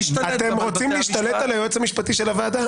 --- אתם רוצים להשתלט על היועץ המשפטי של הוועדה?